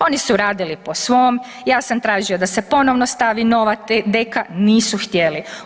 Oni su radili po svom, ja sam tražio da se ponovno stavi nova deka, nisu htjeli.